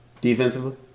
Defensively